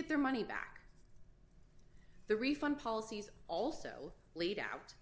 get their money back the refund policies also laid out